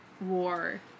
war